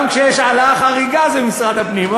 גם כשיש העלאה חריגה זה משרד הפנים.